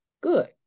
good